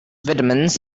vitamins